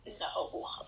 No